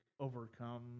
overcome